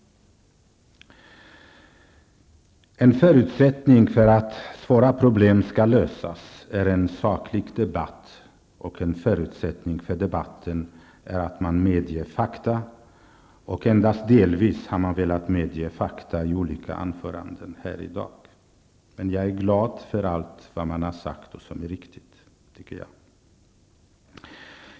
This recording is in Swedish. En förutsättning för att svåra problem skall kunna lösas är en saklig debatt, och en förutsättning för en debatt är att man medger fakta. Endast delvis har man velat medge fakta i olika anföranden här i dag. Men jag är glad för allt som har sagts och som är riktigt.